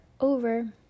over